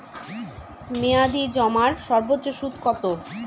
মেয়াদি জমার সর্বোচ্চ সুদ কতো?